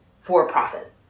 for-profit